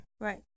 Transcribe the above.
Right